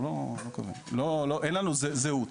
אין לנו זהות,